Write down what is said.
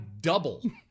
double